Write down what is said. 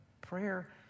Prayer